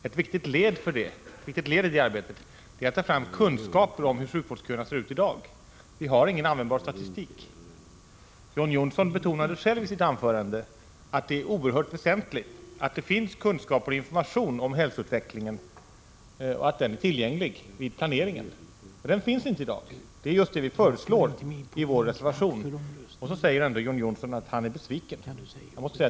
Ett viktigt led i det arbetet är att ta fram kunskaper om hur sjukvårdsköerna ser ut i dag. Vi har ingen användbar statistik på det området. John Johnsson betonade själv i sitt anförande att det är oerhört väsentligt att det om hälsoutvecklingen finns kunskaper och information att ha tillgänglig vid planeringen, men så är inte fallet i dag. Det är förbättringar i just det avseendet som vi föreslår i vår reservation, men John Johnsson säger ändå att han är besviken.